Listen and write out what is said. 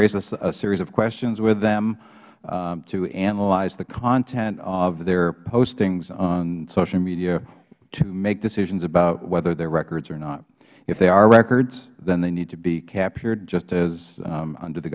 raised a series of questions with them to analyze the content of their postings on social media to make decisions about whether they are records or not if they are records then they need to be captured just as u